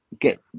get